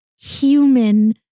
human